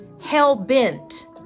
hell-bent